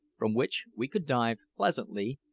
from which we could dive pleasantly,